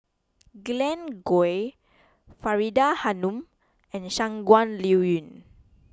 Glen Goei Faridah Hanum and Shangguan Liuyun